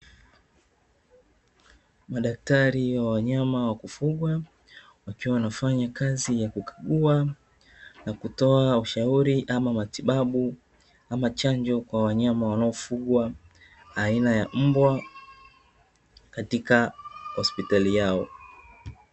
Madaktari wa wanyama wa kufugwa wakiwa wanafanya kazi ya kukagua na kutoa ushauri ama matibabu ama chanjo kwa wanyama wanaofugwa aina ya mbwa katika hospitali yao.